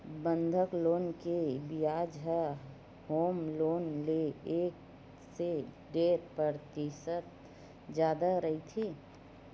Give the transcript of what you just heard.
बंधक लोन के बियाज ह होम लोन ले एक ले डेढ़ परतिसत जादा रहिथे